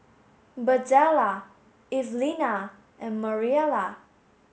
Birdella Evelina and Mariela